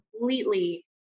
completely